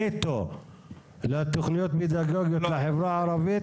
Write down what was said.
נטו לתכניות פדגוגיות לחברה הערבית,